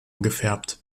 gefärbt